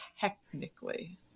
technically